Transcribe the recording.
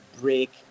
break